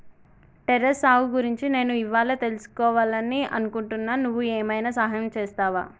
terrace సాగు గురించి నేను ఇవ్వాళా తెలుసుకివాలని అనుకుంటున్నా నువ్వు ఏమైనా సహాయం చేస్తావా